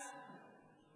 אז?